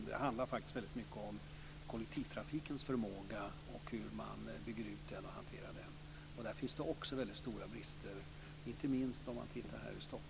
Det handlar faktiskt väldigt mycket om kollektivtrafikens förmåga och hur man bygger ut den och hanterar den. Där finns det också väldigt stora brister, inte minst om man tittar här i